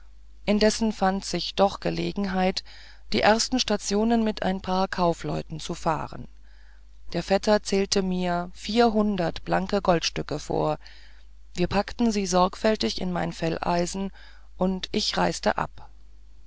indessen fand sich doch gelegenheit die ersten stationen mit ein paar kaufleuten zu fahren der vetter zählte mir vierhundert blanke goldstücke vor wir packten sie sorgfältig in mein felleisen und ich reiste ab